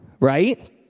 right